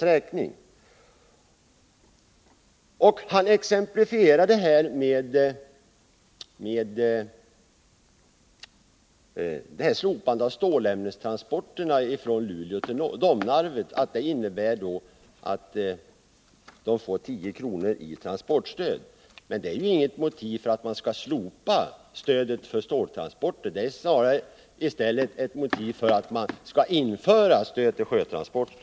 Rolf Sellgren exemplifierade sin inställning genom att nämna förslaget om slopande av stödet till stålämnestransporterna från Luleå till Domnarvet och framhöll att där lämnas 10 kr. i transportstöd. Men detta är ju inget motiv för slopande av stödet till ståltransporter. Snarare är det ett motiv för att man bör införa ett stöd för sjötransporter.